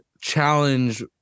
challenge